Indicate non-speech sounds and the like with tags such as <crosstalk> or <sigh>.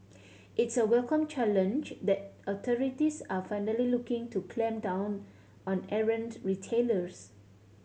<noise> it's a welcome challenge that authorities are finally looking to clamp down on errant retailers